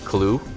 clue,